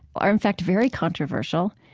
are in fact very controversial,